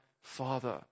father